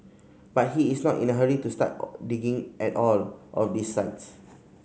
but he is not in a hurry to start digging at all of these sites